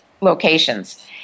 locations